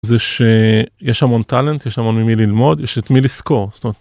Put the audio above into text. זה שיש המון טאלנט, יש המון ממי ללמוד, יש את מי לזכור.